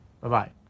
Bye-bye